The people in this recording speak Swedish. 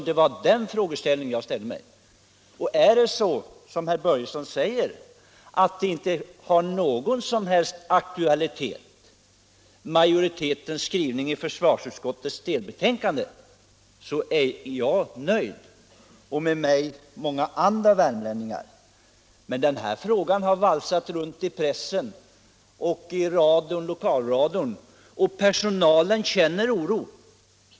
Det var den frågan jag ställde mig, men är det så som herr Börjesson säger, att majoritetens skrivning i försvarsutredningens delbetänkande inte har någon som helst aktualitet, är jag nöjd, och med mig många andra värmlänningar. Den här frågan har valsat runt i pressen och lokalradion, och personalen känner sig orolig.